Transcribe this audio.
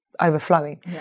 overflowing